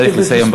צריך לסיים.